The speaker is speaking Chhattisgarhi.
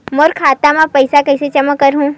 मोर खाता म पईसा कइसे जमा करहु?